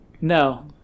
no